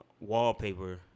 Wallpaper